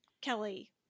Kelly